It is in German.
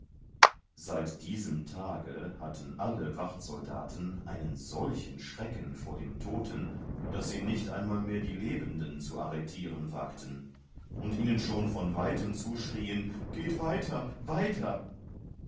seit diesem tage hatten alle wachtsoldaten einen solchen schrecken vor dem toten daß sie nicht einmal mehr die lebenden zu arretieren wagten und ihnen schon von weitem zuschrien geht weiter weiter